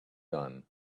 done